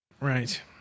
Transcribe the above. Right